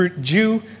Jew